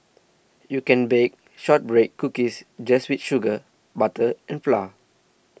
you can bake Shortbread Cookies just with sugar butter and flour